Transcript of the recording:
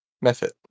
Method